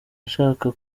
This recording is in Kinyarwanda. nshaka